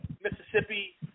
Mississippi